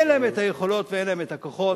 אין להם היכולות ואין להם הכוחות,